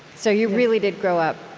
so you really did grow up